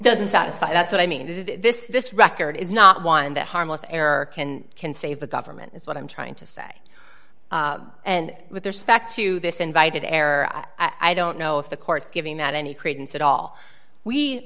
doesn't satisfy that's what i mean is this this record is not one that harmless error can can save the government is what i'm trying to say and with there's facts to this invited error i don't know if the courts giving that any credence at all we